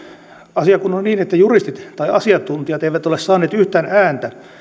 asia kun on niin että juristit tai asiantuntijat eivät ole saaneet yhtään ääntä